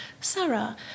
Sarah